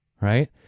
Right